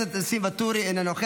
נשיא העליון, לא.